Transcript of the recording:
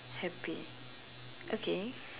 happy okay